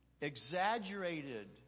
exaggerated